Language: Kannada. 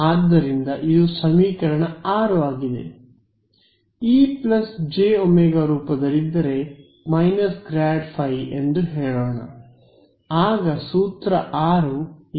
ಆದ್ದರಿಂದ ಇದು ಸಮೀಕರಣ 6 ಆಗಿದೆ E plus J omega Ejw ರೂಪದಲ್ಲಿದ್ದರೆ ಮೈನಸ್ ಗ್ರಾಡ್ ಫೈ− ∇φ ಎಂದು ಹೇಳೋಣ ಆಗ ಸೂತ್ರ ೬ ಯಾವಾಗಲೂ ಸರಯಾಗಿರುತ್ತದೆ